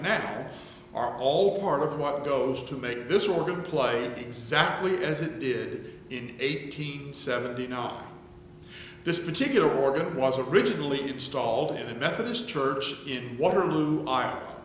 now are all part of what goes to make this organ plight exactly as it did in eighty seven you know this particular organ was originally installed in a methodist church in waterloo iowa